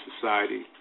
society